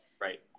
Right